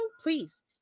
please